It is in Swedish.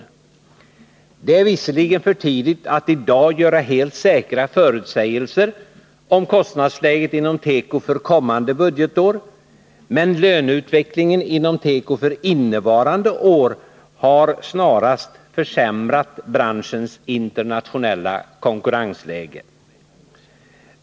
Det är visserligen för tidigt att i dag göra helt säkra förutsägelser om kostnadsläget inom teko för kommande budgetår, men löneutvecklingen inom teko för innevarande år har snarast försämrat branschens internationella konkurrensläge.